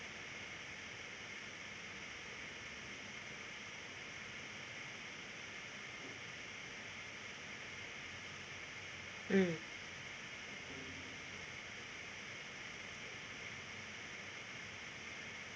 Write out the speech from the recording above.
mm